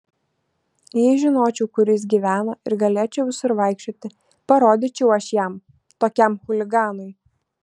jei žinočiau kur jis gyvena ir galėčiau visur vaikščioti parodyčiau aš jam tokiam chuliganui